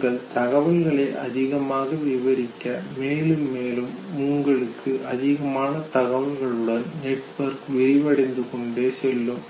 நீங்கள் தகவல்களை அதிகமாக விரிவாக்க மேலும் மேலும் உங்களுக்கு அதிகமான தகவல்களுடன் நெட்வொர்க் விரிவடைந்து கொண்டே செல்லும்